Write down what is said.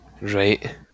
Right